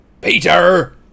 Peter